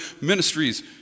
ministries